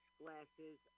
glasses